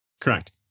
correct